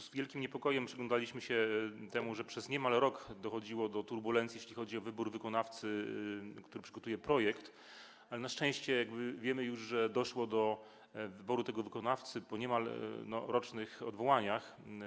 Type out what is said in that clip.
Z wielkim niepokojem przyglądaliśmy się temu, że przez niemal rok dochodziło do turbulencji, jeśli chodzi o wybór wykonawcy, który przygotuje projekt, ale na szczęście wiemy już, że doszło do wyboru tego wykonawcy po niemal rocznych odwołaniach.